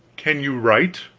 can you write?